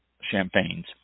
champagnes